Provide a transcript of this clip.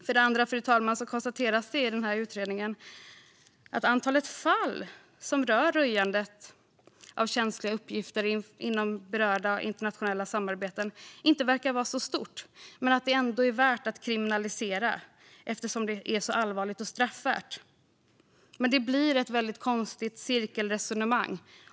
För det andra, fru talman, konstateras det i utredningen att antalet fall som rör röjandet av känsliga uppgifter inom berörda internationella samarbeten inte verkar vara så stort men att det ändå är värt att kriminalisera eftersom det är så allvarligt och straffvärt. Detta blir ett väldigt konstigt cirkelresonemang.